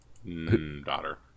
Daughter